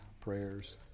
prayers